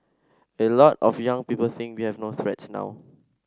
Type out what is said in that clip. a lot of young people think we have no threats now